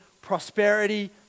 Prosperity